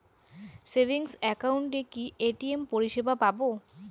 Savings একাউন্টে কি ATM পরিসেবা পাব?